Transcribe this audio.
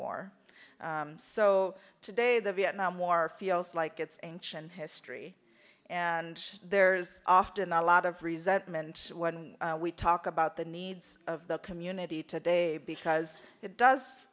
war so today the vietnam war feels like it's history and there's often a lot of resentment when we talk about the needs of the community today because it does